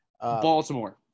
Baltimore